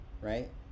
Right